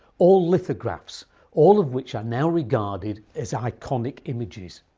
all lithographs all of which are now regarded as iconic images.